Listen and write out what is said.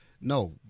no